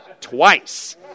Twice